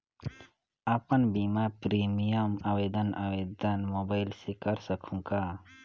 अपन बीमा प्रीमियम आवेदन आवेदन मोबाइल से कर सकहुं का?